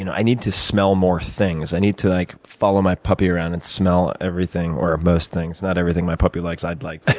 you know i need to smell more things. i need to like follow my puppy around and smell everything or most things. not everything my puppy likes i'd like.